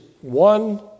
one